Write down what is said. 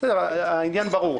העניין ברור.